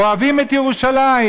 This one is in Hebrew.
"אוהבים את ירושלים",